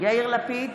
יאיר לפיד,